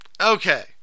Okay